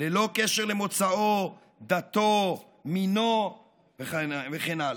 ללא קשר למוצאו, דתו, מינו וכן הלאה,